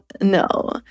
no